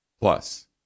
Plus